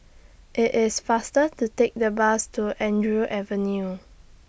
IT IS faster to Take The Bus to Andrew Avenue